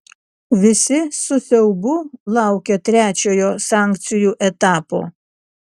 visi su siaubu laukia trečiojo sankcijų etapo